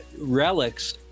relics